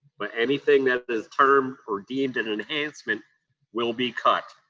but anything that is termed or deemed and an enhancement will be cut.